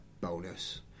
bonus